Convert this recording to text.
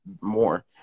more